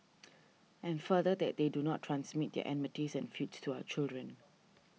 and further that they do not transmit their enmities and feuds to our children